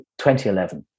2011